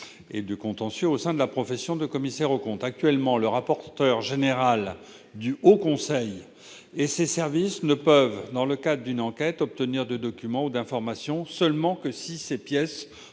et de contentieux au titre de la profession de commissaire aux comptes. Actuellement, le rapporteur général du Haut conseil et ses services ne peuvent, dans le cadre d'une enquête, obtenir de documents ou d'informations que si les pièces